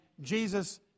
Jesus